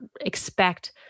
expect